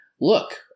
look